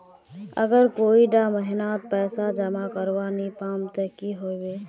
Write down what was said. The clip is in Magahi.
अगर कोई डा महीनात पैसा जमा करवा नी पाम ते की होबे?